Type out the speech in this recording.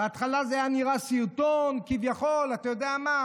בהתחלה זה היה נראה סרטון כביכול, אתה יודע מה?